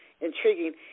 intriguing